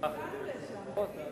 איך הגענו לשם, תגיד לי.